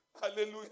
Hallelujah